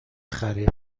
خریم